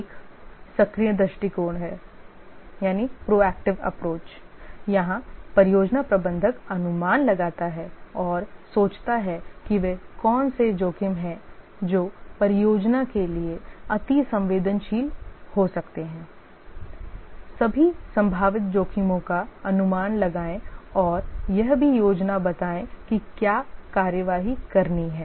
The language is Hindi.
एक सक्रिय दृष्टिकोण है यहाँ परियोजना प्रबंधक अनुमान लगाता है और सोचता है कि वे कौन से जोखिम हैं जो परियोजना के लिए अतिसंवेदनशील हो सकते हैं सभी संभावित जोखिमों का अनुमान लगाएँ और यह भी योजना बताएं कि क्या कार्रवाई करनी है